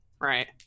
right